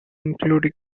including